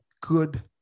good